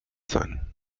sein